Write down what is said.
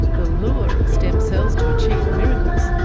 the lure of stem cells to achieve miracles,